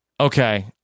okay